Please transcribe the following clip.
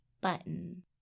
button